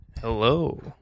Hello